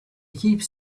keeps